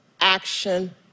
action